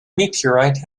meteorite